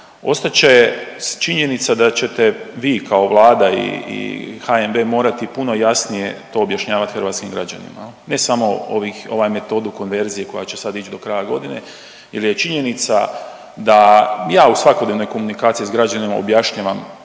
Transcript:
Ostat će činjenica da ćete vi kao vlada i HNB morati puno jasnije to objašnjavat hrvatskim građanima jel, ne samo ovih, ovu metodu konverzije koja će sad ić do kraja godine jel je činjenica da, ja u svakodnevnoj komunikaciji s građanima objašnjavam